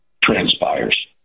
transpires